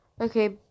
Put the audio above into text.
Okay